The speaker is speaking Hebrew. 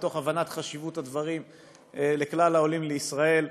מתוך הבנת חשיבות הדברים לכלל העולים לישראל.